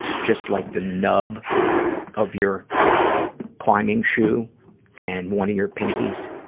just like the nub of your climbing shoe and one of your pinkies.